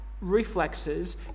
reflexes